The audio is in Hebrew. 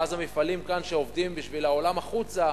ואז המפעלים כאן שעובדים בשביל העולם החוצה,